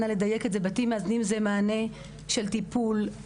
אנא לדייק את זה בתים מאזנים זה מענה של טיפול.